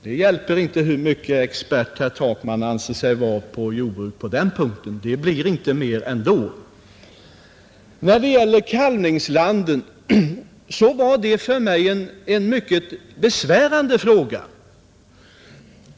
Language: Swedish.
Det hjälper inte hur mycket expert herr Takman anser sig vara på jordbruk på den punkten — det blir inte mer ändå. Frågan om kalvningslanden var för mig en mycket besvärande fråga.